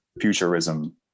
futurism